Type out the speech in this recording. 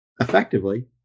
Effectively